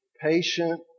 patient